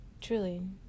truly